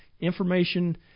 information